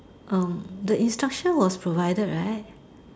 um the instruction was provided right